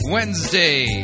Wednesday